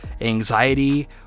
anxiety